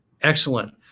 Excellent